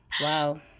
Wow